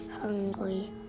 hungry